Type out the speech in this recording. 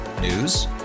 News